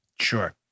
Sure